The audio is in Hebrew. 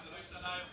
זה לא השתנה היום.